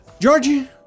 Georgie